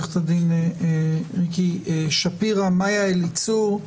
מיה אליצור,